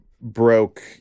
broke